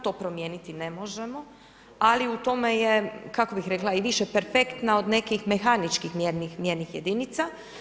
To promijeniti ne možemo, ali u tome je kako bih rekla i više perfektna od nekih mehaničkih mjernih jedinica.